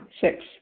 Six